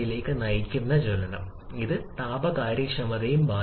അതിനാൽ നൽകിയ എഞ്ചിന് കംപ്രഷൻ അനുപാതം നിശ്ചയിച്ചിരിക്കുന്നു